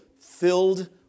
filled